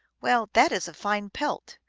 well, that is a fine pelt!